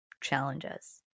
challenges